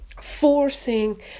forcing